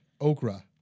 okra